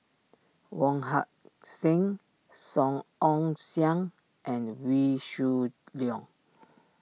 Wong Heck Sing Song Ong Siang and Wee Shoo Leong